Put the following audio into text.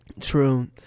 True